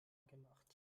gemacht